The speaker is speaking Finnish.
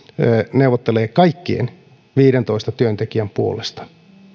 neuvottelee kaikkien viidentoista työntekijän puolesta